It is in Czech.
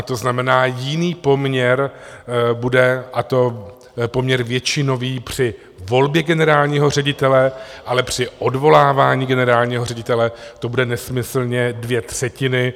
To znamená, jiný poměr bude, a to poměr většinový, při volbě generálního ředitele, ale při odvolávání generálního ředitele to bude nesmyslně dvě třetiny.